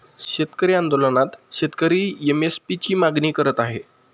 शेतकरी आंदोलनात शेतकरी एम.एस.पी ची मागणी करत आहे